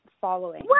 following